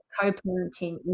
co-parenting